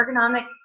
ergonomic